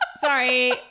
Sorry